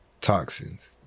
toxins